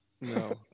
No